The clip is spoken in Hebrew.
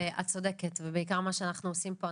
את צודקת ובעיקר מה שאנחנו עושים פה,